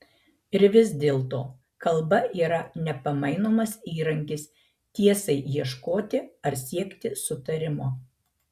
ir vis dėlto kalba yra nepamainomas įrankis tiesai ieškoti ar siekti sutarimo